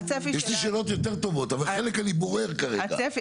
יש לי שאלות יותר טובות אבל חלק אני בורר כרגע,